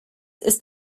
ist